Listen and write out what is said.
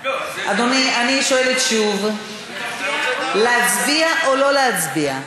אדוני, אני שואלת שוב: להצביע או לא להצביע?